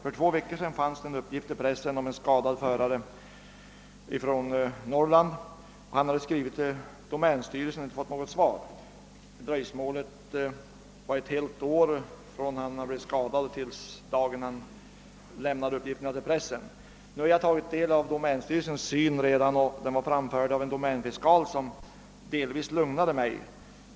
För två veckor sedan förekom en pressuppgift om en skadad förare från Norrland som skrivit till domänstyrelsen men inte fått något svar. Det hade dröjt ett helt år från skadetillfället till den dag när han lämnade uppgiften till pressen. Jag har nu tagit del av domänstyrelsens syn på ärendet. Jag fick beskedet från en domänfiskal och det var av lugnande art.